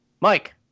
Mike